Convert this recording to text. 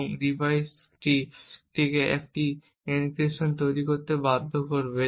এবং ডিভাইসটিকে একটি এনক্রিপশন তৈরি করতে বাধ্য করবে